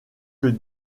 que